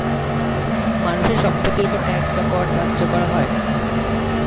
মানুষের সম্পত্তির উপর ট্যাক্স বা কর ধার্য হয়